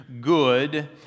good